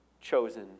chosen